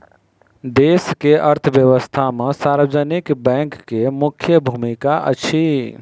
देश के अर्थव्यवस्था में सार्वजनिक बैंक के मुख्य भूमिका अछि